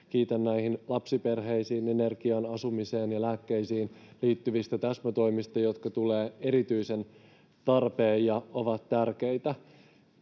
näistä lapsiperheisiin, energiaan, asumiseen ja lääkkeisiin liittyvistä täsmätoimista, jotka tulevat erityiseen tarpeeseen ja ovat tärkeitä.